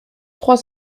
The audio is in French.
trois